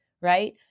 right